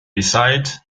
beside